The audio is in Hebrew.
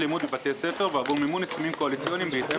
לימוד בבתי ספר ועבור מימון הסכמים קואליציוניים בהתאם